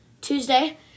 Tuesday